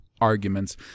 arguments